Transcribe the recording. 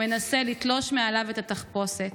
מנסה לתלוש מעליו את התחפושת.